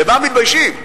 במה מתביישים?